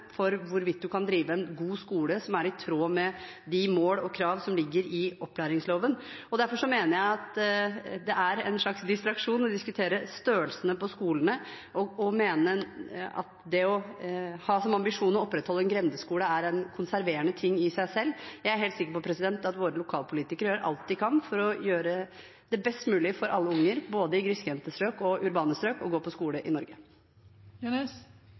for hvorvidt man kan drive en god skole som er i tråd med de mål og krav som ligger i opplæringsloven. Derfor mener jeg at det er en slags distraksjon å diskutere størrelsen på skolene og mene at det å ha som ambisjon å opprettholde en grendeskole er en konserverende ting i seg selv. Jeg er helt sikker på at våre lokalpolitikere gjør alt de kan for å gjøre det best mulig for alle unger, både i grisgrendte strøk og i urbane strøk, å gå på skole i Norge.